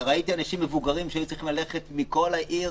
ראיתי אנשים מבוגרים שהיו צריכים ללכת מכל העיר